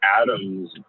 Adams